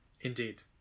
Indeed